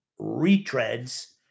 retreads